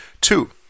Two